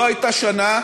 לא הייתה שנה